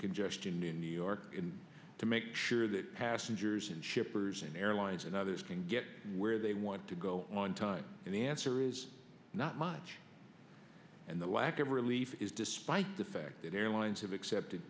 congestion in new york to make sure that passengers and shippers and airlines and others can get where they want to go on time and the answer is not much and the lack of relief is despite the fact the airlines have accepted